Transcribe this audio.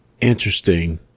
Interesting